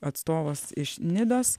atstovas iš nidos